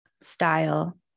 style